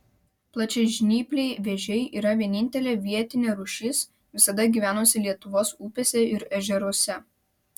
plačiažnypliai vėžiai yra vienintelė vietinė rūšis visada gyvenusi lietuvos upėse ir ežeruose